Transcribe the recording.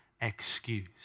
excuse